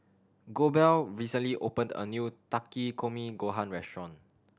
Goebel recently opened a new Takikomi Gohan Restaurant